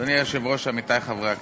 אדוני היושב-ראש, עמיתי חברי הכנסת,